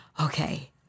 okay